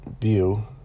view